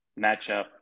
matchup